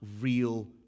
real